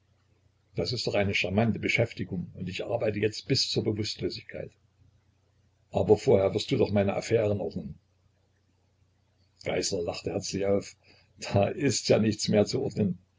das ist doch eine charmante beschäftigung und ich arbeite jetzt bis zur bewußtlosigkeit aber vorher wirst du doch meine affären ordnen geißler lachte herzlich auf da ist ja nichts mehr zu ordnen